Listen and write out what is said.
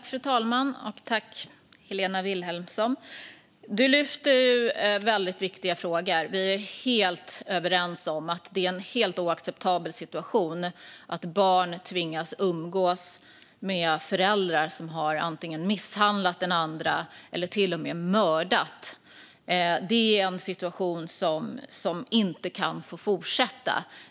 Fru talman! Tack, Helena Vilhelmsson! Du lyfter fram väldigt viktiga frågor. Vi är helt överens om att det är en helt oacceptabel situation att barn tvingas umgås med en förälder som har misshandlat eller till och med mördat den andra föräldern. Det är en situation som inte kan få fortsätta.